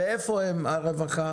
ואיפה הרווחה?